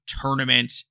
tournament